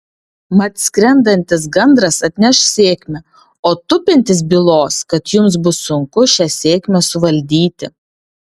mat skrendantis gandras atneš sėkmę o tupintis bylos kad jums bus sunku šią sėkmę suvaldyti